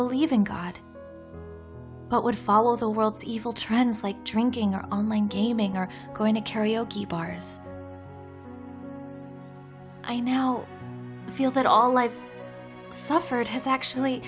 believe in god but would follow all the world's evil trends like drinking or online gaming or going to karaoke bars i now feel that all i've suffered has actually